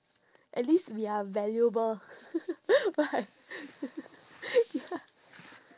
at least we are valuable right ya